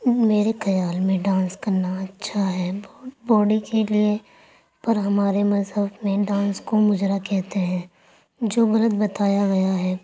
میرے خیال میں ڈانس کرنا اچھا ہے باڈی کے لیے پر ہمارے مذہب میں ڈانس کو مجرا کہتے ہیں جو غلط بتایا گیا ہے